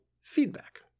feedback